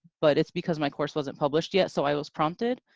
but it's because my course wasn't published, yet, so i was prompted.